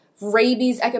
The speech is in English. rabies